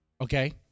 Okay